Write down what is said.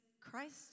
Christ